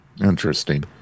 Interesting